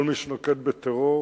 כל מי שנוקט טרור,